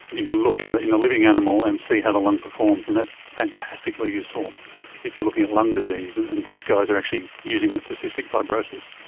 you look in ah in a living animal and see how the lung performs, and that's fantastically useful if you are looking at lung disease. and and these guys are actually using it for cystic fibrosis.